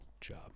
job